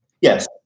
yes